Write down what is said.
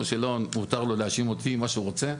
משה ליאון, מותר לו להאשים אותי, מה שהוא רוצה.